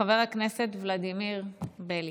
חבר הכנסת ולדימיר בליאק.